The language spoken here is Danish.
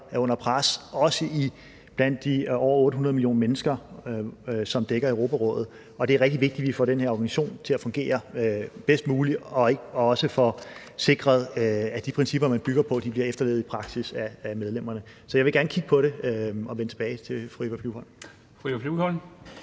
under pres, også blandt de over 800 millioner mennesker, som Europarådet dækker. Det er rigtig vigtigt, at vi får den her organisation til at fungere bedst muligt og også får sikret, at de principper, man bygger på, bliver efterlevet i praksis af medlemmerne. Så jeg vil gerne kigge på det og vende tilbage til fru Eva Flyvholm.